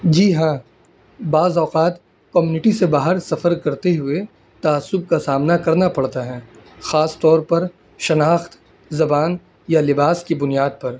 جی ہاں بعض اوقات کمیونٹی سے باہر سفر کرتے ہوئے تعصب کا سامنا کرنا پڑتا ہے خاص طور پر شناخت زبان یا لباس کی بنیاد پر